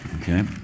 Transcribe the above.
Okay